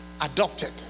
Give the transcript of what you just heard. adopted